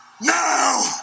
Now